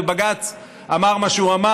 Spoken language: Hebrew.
ובג"ץ אמר מה שהוא אמר,